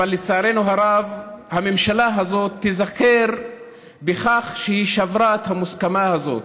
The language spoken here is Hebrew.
אבל לצערנו הרב הממשלה הזאת תיזכר בכך שהיא שברה את המוסכמה הזאת: